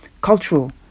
cultural